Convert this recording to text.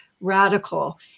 radical